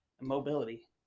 mobility